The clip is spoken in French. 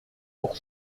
pour